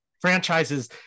franchises